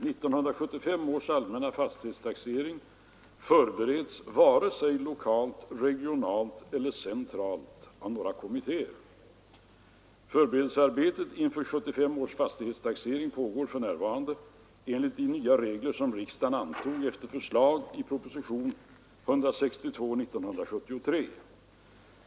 1975 års allmänna fastighetstaxering förbereds varken lokalt, regionalt eller centralt av några kommittéer. Förberedelsearbetet inför 1975 års fastighetstaxering pågår för närvarande enligt de nya regler som riksdagen antog efter förslag i propositionen 162 år 1973.